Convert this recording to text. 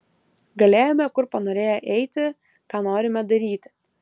galėjome kur panorėję eiti ką norime daryti